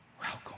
welcome